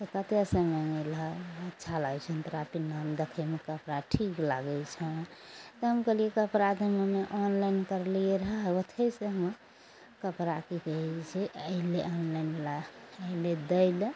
तऽ कतयसँ मँगेलहक अच्छा लागय छै तोरा पिन्हऽमे देखयमे कपड़ा ठीक लागय छन तऽ हम कहलियै कपड़ा तऽ हम्मे ऑनलाइन करलियै रहए ओतहेसँ हमर कपड़ा की कहय छै अइलए ऑनलाइनवला अइलए दै लए